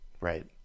Right